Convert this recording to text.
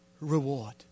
reward